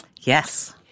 Yes